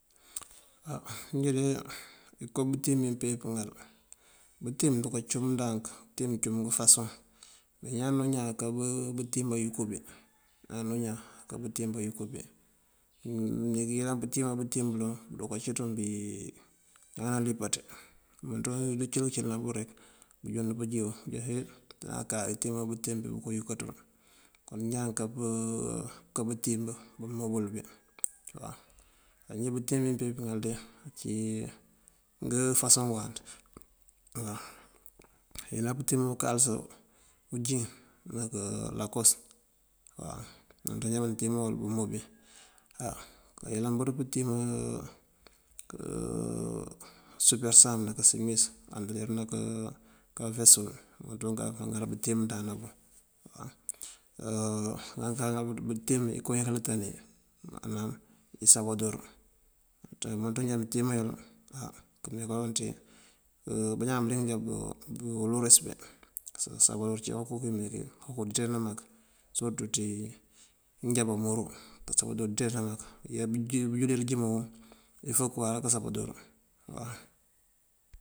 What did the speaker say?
Á njí de inko bëtíim njí bí mëmpee pëŋal. Bëtíim bunka cum ndank, butíim cum ngëfasoŋ. Ñaan o ñaan aká bëtim bayunki bí, ñaan o ñaan aká bëtíim bayunki bí. Mëndiŋ yëlan bëtíim bëloŋ mënduka cí ţun bí ñaan nalipaţi. Umënţun këcëli këcëli uburu wí bunjund pëjiwu, nunjá hee ñaan ká pëtíima bëtíim bayunkaţ bí. Kon ñaan aká pëtíima bëtíim bamobël bí waw. Á njí bëtíim njí bí ŋal de ací ngëfasoŋ ngëwáanţ, mëyëlan pëtíima unkalësa unjin ná kalakosët umënţun manjá tíima wël umobin. Á mayëlan bëţ pëtíima kësupersand ná kasimis kandëri kawesët dël, umënţun kak maŋal bëţ bëtíim bëmënţandana bun waw. Anka ŋal bëţ bëtíim inko inkalëtëniy kasabador, imënţ yun kak á anjá tíima yël këmee kaloŋ ţí bañaan bëliyëng buwël resëpe. Kasabador ací kanko kímeekí rintana mak sirëtú ţí njá bamuru pasëk bajoo ţeena këyá bënjulir jumawu fok këwawa kasabador waw.